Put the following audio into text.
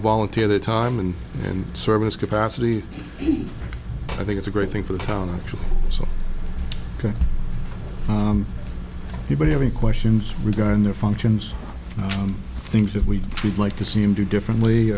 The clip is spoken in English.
to volunteer their time and and service capacity i think it's a great thing for the town actually so people having questions regarding their functions things that we would like to see him do differently